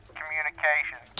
communication